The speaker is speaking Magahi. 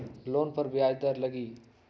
लोन पर ब्याज दर लगी?